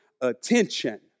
attention